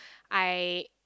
I